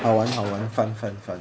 好玩好玩 fun fun fun